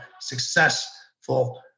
successful